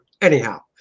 Anyhow